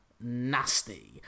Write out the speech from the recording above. nasty